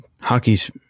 hockey's